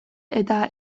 eta